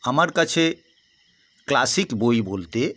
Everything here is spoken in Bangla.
আমার কাছে ক্লাসিক বই বলতে